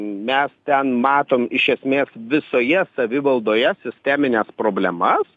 mes ten matom iš esmės visoje savivaldoje sistemines problemas